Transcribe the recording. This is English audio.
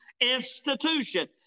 institution